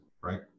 right